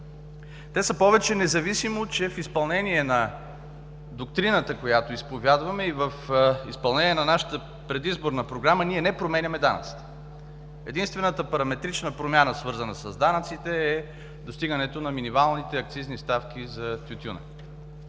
Те са повече, независимо че в изпълнение на доктрината, която изповядваме и в изпълнение на нашата предизборна програма ние не променяме данъците. Единствената параметрична промяна, свързана с данъците, е достигането на минималните акцизни ставки за тютюна.